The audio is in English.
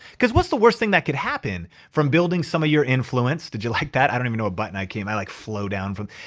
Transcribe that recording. cause what's the worst thing that could happen from building some of your influence? did you like that? i don't even know what button i came like flow down from.